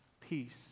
peace